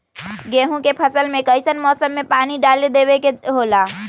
गेहूं के फसल में कइसन मौसम में पानी डालें देबे के होला?